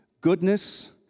goodness